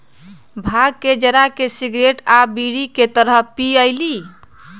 भांग के जरा के सिगरेट आ बीड़ी के तरह पिअईली